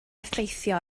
effeithio